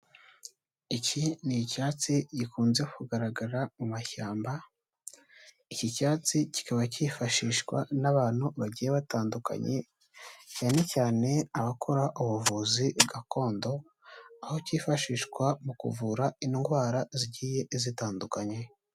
Iki ni icyatsi gikunze kugaragara mu mashyamba, iki cyatsi kikaba cyifashishwa n'abantu bagiye batandukanye, cyane cyane abakora ubuvuzi gakondo, aho cyifashishwa mu kuvura indwara zigiye zitandukanye.